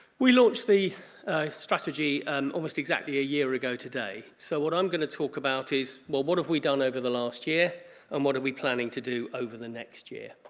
we launched the strategy and almost exactly a year ago today so what i'm going to talk about is what what have we done over the last year and what are we planning to do over the next year.